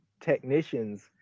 technicians